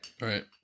Right